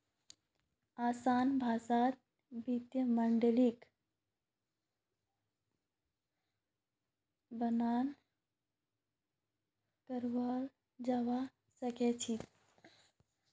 असान भाषात वित्तीय माडलिंगक बयान कराल जाबा सखछेक